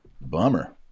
Bummer